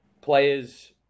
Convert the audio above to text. players